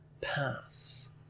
pass